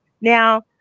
now